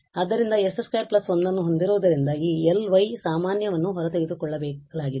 ಆದ್ದರಿಂದ s 2 1 ಅನ್ನು ಹೊಂದಿರಿವುದರಿಂದ ಈ Ly ಸಾಮಾನ್ಯವನ್ನು ಹೊರ ತೆಗೆದುಕೊಳ್ಳಲಾಗಿದೆ